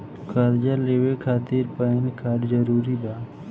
कर्जा लेवे खातिर पैन कार्ड जरूरी बा?